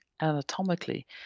anatomically